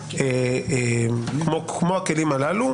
כמו הכלים הללו,